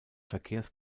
verkehrs